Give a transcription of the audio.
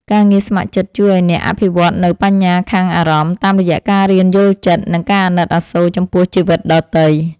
ការងារស្ម័គ្រចិត្តជួយឱ្យអ្នកអភិវឌ្ឍនូវ បញ្ញាខាងអារម្មណ៍ តាមរយៈការរៀនយល់ចិត្ត និងការអាណិតអាសូរចំពោះជីវិតដទៃ។